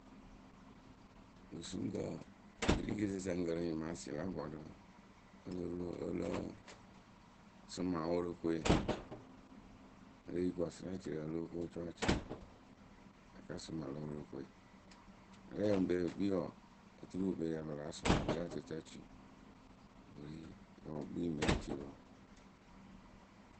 Kɨsuŋkǝ wǝǝ kɨ ri kɨsɨsǝŋkǝ rɨ nyɩmaasɩ la vɔrʊrǝ ǝ lo ro ǝ lɨŋ sʊma worokoe e le yi kɔsɩracirǝ o lóo ko cɔɔcɩɩ a ka sʊma lö Worokoyǝ arɛɛpǝ ŋpɛ pɨ kpii wǝǝ oturu ŋpe pɨ ya pɨ láa sʊma pɨlǝ ǝtɨtǝtuyǝ wɨ ri wǝǝ wɨ kpii ŋme ŋ́ cii wǝǝ.